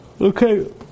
Okay